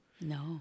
No